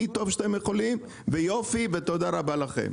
הכי טוב שאתם יכולים ויופי ותודה רבה לכם.